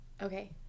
Okay